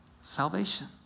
salvation